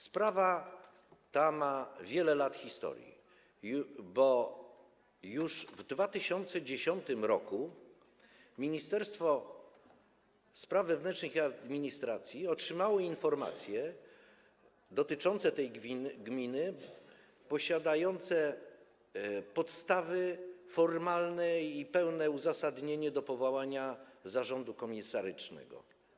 Sprawa ta ma wieloletnią historię, bo już w 2010 r. Ministerstwo Spraw Wewnętrznych i Administracji otrzymało informacje dotyczące tej gminy, posiadało podstawy formalne i pełne uzasadnienie do powołania zarządu komisarycznego.